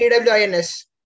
TWINS